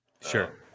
Sure